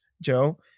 Joe